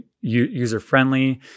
user-friendly